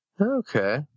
Okay